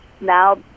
now